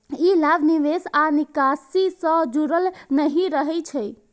ई लाभ निवेश आ निकासी सं जुड़ल नहि रहै छै